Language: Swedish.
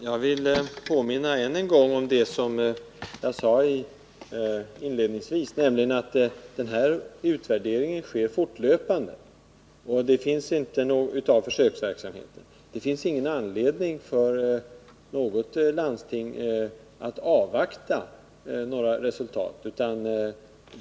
Herr talman! Jag vill än en gång påminna om det som jag inledningsvis sade, nämligen att utvärderingen av försöksverksamheten sker fortlöpande. Det finns ingen anledning för något landsting att avvakta några resultat härav.